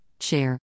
share